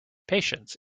patience